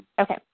Okay